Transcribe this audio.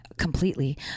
completely